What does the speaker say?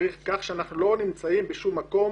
שצריך כך שאנחנו לא נמצאים בשום מקום.